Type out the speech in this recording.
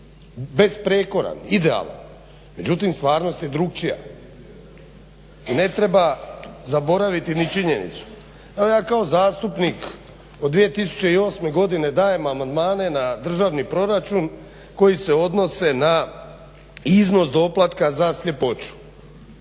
besprijekoran, idealan, međutim stvarnost je drukčija. I ne treba zaboraviti ni činjenicu, evo ja kao zastupnik od 2008. godine dajem amandmane na državni proračun koji se odnose na iznos doplatka za sljepoću,